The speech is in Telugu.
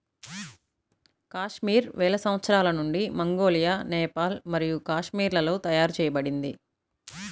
కాశ్మీర్ వేల సంవత్సరాల నుండి మంగోలియా, నేపాల్ మరియు కాశ్మీర్లలో తయారు చేయబడింది